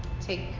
Take